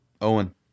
Owen